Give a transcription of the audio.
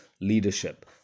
leadership